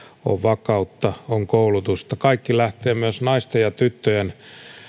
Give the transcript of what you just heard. on vakautta on koulutusta kaikki lähtee myös naisten ja tyttöjen